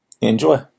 Enjoy